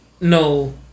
No